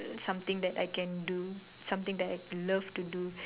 something that I can do something that I'd love to do